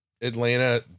Atlanta